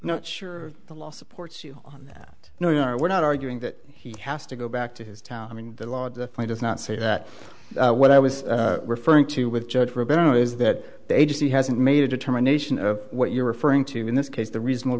not sure the law supports you on that no you are we're not arguing that he has to go back to his town i mean the law define does not say that what i was referring to with judge roberto is that they just he hasn't made a determination of what you're referring to in this case the reason